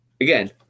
Again